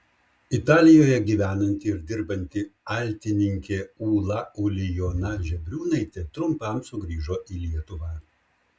italijoje gyvenanti ir dirbanti altininkė ūla ulijona žebriūnaitė trumpam sugrįžo į lietuvą